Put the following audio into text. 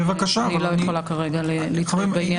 אני לא יכולה כרגע להתחייב בעניין הזה.